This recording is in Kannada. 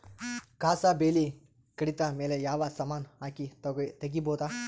ಕಸಾ ಬೇಲಿ ಕಡಿತ ಮೇಲೆ ಯಾವ ಸಮಾನ ಹಾಕಿ ತಗಿಬೊದ?